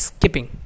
Skipping